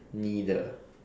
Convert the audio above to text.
neither